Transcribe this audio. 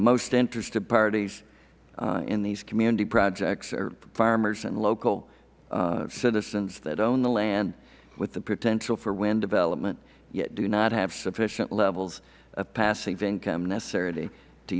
most interested parties in these community projects are farmers and local citizens that own the land with the potential for wind development yet do not have sufficient levels of passive income necessary to